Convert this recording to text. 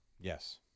Yes